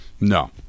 No